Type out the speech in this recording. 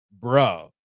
Bro